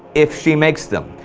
if she makes them.